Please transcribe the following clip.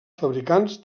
fabricants